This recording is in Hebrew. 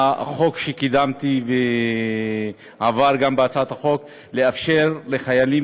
החוק שקידמתי ועבר גם בהצעת החוק הוא לאפשר לחיילים